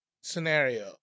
scenario